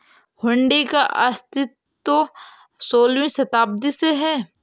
हुंडी का अस्तित्व सोलहवीं शताब्दी से है